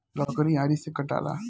लकड़ी आरी से कटाला